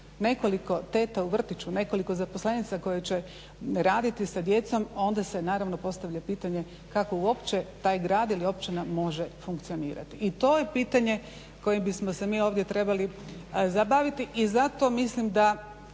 nekoliko teta u vrtiću, nekoliko zaposlenica koje će raditi sa djecom onda se naravno postavlja pitanje kako uopće taj grad ili općina može funkcionirati. I to je pitanje kojim bismo se mi ovdje trebali zabaviti i zato mislim da